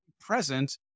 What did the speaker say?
present